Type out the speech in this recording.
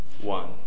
one